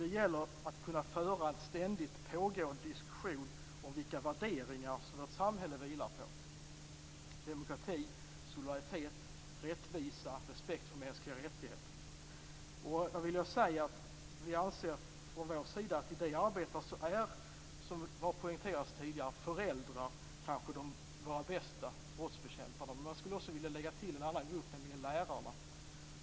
Det gäller detta att kunna föra en ständig pågående diskussion om vilka värderingar vårt samhälle vilar på: demokrati, solidaritet, rättvisa och respekt för mänskliga rättigheter. Från vår sida vill jag säga att vi, som poängterats tidigare, anser att föräldrar i det arbetet kanske är våra bästa brottsbekämpare. Jag skulle också vilja lägga till en annan grupp, nämligen lärarna.